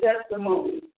testimony